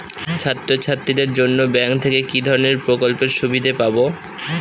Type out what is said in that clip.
ছাত্রছাত্রীদের জন্য ব্যাঙ্ক থেকে কি ধরণের প্রকল্পের সুবিধে পাবো?